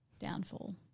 downfall